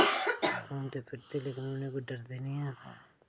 लेकिन इयां साढ़े बेह्ड़े च बी आई सकदे घूमदे फिरदे पर कोई डरदे नेई हैन ओह् कोई